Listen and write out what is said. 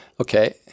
Okay